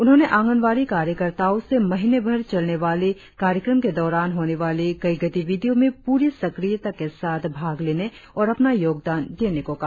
उन्होंने आंगनबाड़ी कार्यकर्ताओं से महीने भर चलने बाली कार्यक्रम के दौरान होने वाले कई गतिविधियों में पूरी सक्रीयता के साथ भाग लेने और अपना योगदान देने को कहा